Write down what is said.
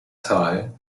tal